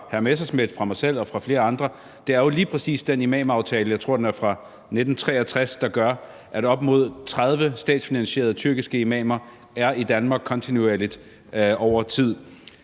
mig selv og flere andre, er jo lige præcis den imamaftale – jeg tror, den er fra 1963 – der gør, at op mod 30 statsfinansierede tyrkiske imamer er i Danmark kontinuerligt over tid.